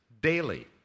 daily